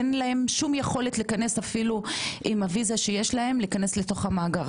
אין להם שום יכולת להיכנס אפילו עם הוויזה שיש להם להיכנס לתוך המאגר,